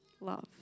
love